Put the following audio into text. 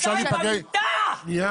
אפשר להיפגש --- הוא ישב שנתיים במיטה, במיטה.